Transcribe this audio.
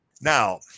now